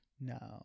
No